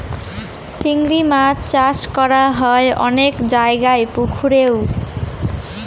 চিংড়ি মাছ চাষ করা হয় অনেক জায়গায় পুকুরেও